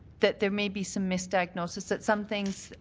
that there may be some misdiagnoses, that some things,